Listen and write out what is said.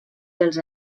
dels